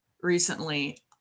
recently